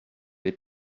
les